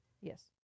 Yes